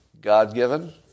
God-given